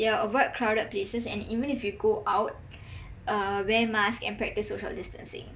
yah avoid crowded places and even if you go out uh wear masks and practice social distancing